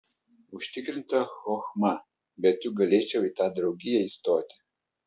užtikrinta chochma bet juk galėčiau į tą draugiją įstoti